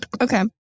Okay